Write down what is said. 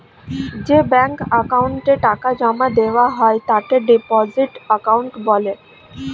যে ব্যাঙ্ক অ্যাকাউন্টে টাকা জমা দেওয়া হয় তাকে ডিপোজিট অ্যাকাউন্ট বলে